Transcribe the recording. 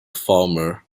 farmer